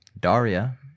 Daria